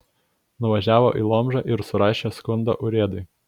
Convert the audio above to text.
nuvažiavo į lomžą ir surašė skundą urėdui